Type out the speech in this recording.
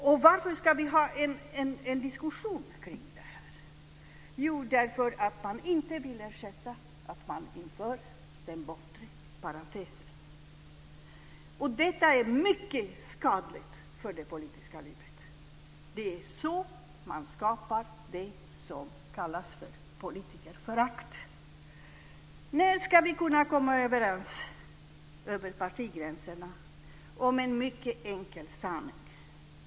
Varför ska vi ha en diskussion kring detta? Jo, därför att man inte vill erkänna att man inför den bortre parentesen. Detta är mycket skadligt för det politiska livet. Det är så man skapar det som kallas för politikerförakt. När ska vi kunna komma överens över partigränserna om en mycket enkel sanning?